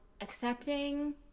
accepting